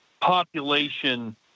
population